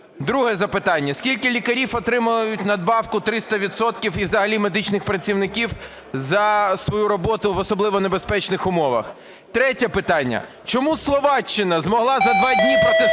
Друге запитання. Скільки лікарів отримали надбавку 300 відсотків і взагалі медичних працівників за свою роботу в особливо небезпечних умовах? Третє питання. Чому Словаччина змогла за два дні протестувати